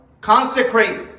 consecrate